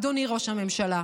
אדוני ראש הממשלה.